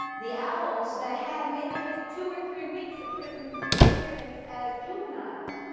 the owls that had maybe just two or three weeks of prism experience as juveniles